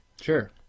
Sure